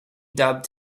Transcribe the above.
dubbed